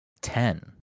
ten